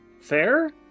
fair